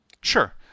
Sure